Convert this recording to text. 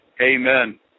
Amen